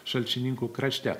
šalčininkų krašte